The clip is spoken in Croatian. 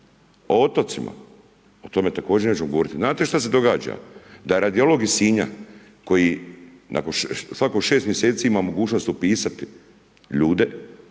O otocima? O tome također nećemo govoriti. Znate šta se događa? Da radiolog iz Sinja koji svako 6 mjeseci ima mogućnost upisat ljude